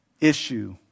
issue